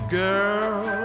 girl